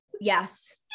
yes